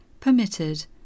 Permitted